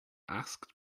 asked